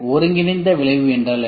ஒருங்கிணைந்த விளைவு என்ன